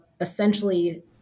essentially